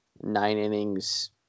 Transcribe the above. nine-innings